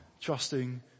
trusting